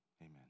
Amen